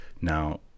Now